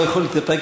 לא יכול להתאפק,